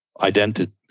Identity